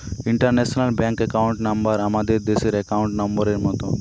international bank account number আমাদের দেশের account নম্বরের মত